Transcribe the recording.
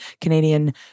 Canadian